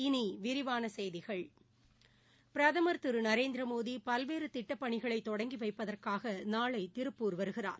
இனி விரிவான செய்திகள் பிரதமர் திரு நரேந்திரமோடி பல்வேறு திட்டப்பணிகளை தொடங்கி வைப்பதற்காக நாளை திருப்பூர் வருகிறார்